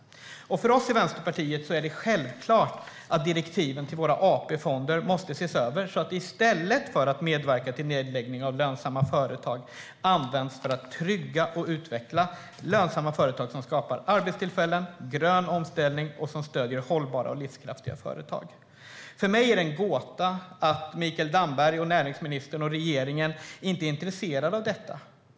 För oss i Vänsterpartiet är det självklart att direktiven till våra AP-fonder måste ses över, så att de i stället för att medverka till nedläggning av lönsamma företag används för att trygga, utveckla och stödja lönsamma, hållbara och livskraftiga företag som skapar arbetstillfällen och grön omställning. För mig är det en gåta att näringsminister Mikael Damberg och regeringen inte är intresserade av detta.